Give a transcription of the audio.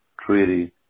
treaty